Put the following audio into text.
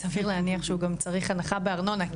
כי סביר להניח שהוא גם צריך הנחה בארנונה,